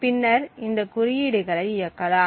பின்னர் இந்த குறியீடுகளை இயக்கலாம்